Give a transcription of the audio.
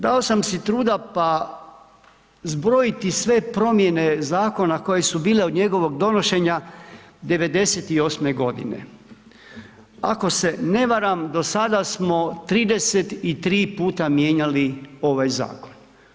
Dao sam si truda, pa zbrojiti sve promjene zakona, koji su bile od njegovog donošenja '98. g. ako se ne varam, do sada smo 33 puta mijenjali ovaj zakon.